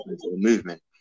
movement